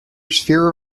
sphere